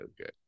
okay